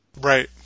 right